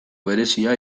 berezia